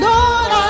Lord